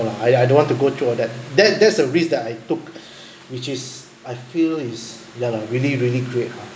uh I I don't want to go through all that's that's the risk that I took which is I feel is ya really really great ah